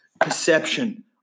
perception